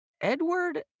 Edward